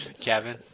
Kevin